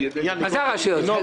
עזוב רשויות.